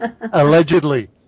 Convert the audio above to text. Allegedly